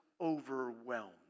overwhelmed